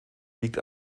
liegt